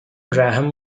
graham